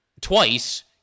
twice